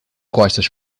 costas